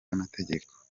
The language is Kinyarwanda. y’amategeko